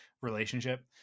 relationship